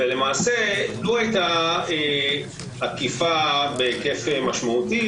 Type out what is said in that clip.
ולמעשה לו הייתה אכיפה בהיקף משמעותי,